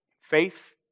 Faith